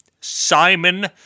Simon